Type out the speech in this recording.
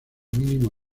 mínimo